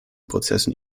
prozessen